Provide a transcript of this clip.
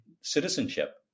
citizenship